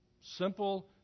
Simple